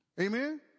Amen